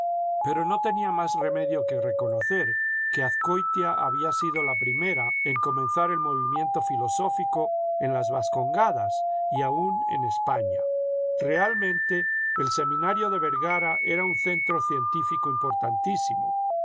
pero no tenía más remedio que reconocer que azcoitia había sido la primera en comenzar el movimiento filosófico en las vascongadas y aun en españa realmente el seminario de vergara era un centro científico importantísimo